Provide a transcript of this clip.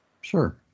Sure